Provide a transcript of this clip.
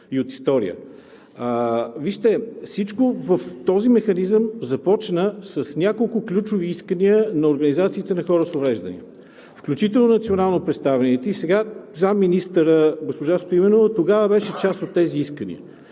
и от история. Всичко в този механизъм започна с няколко ключови искания на организациите на хора с увреждания, включително национално представените. И сегашният заместник-министър госпожа Стоименова тогава беше част от тези искания.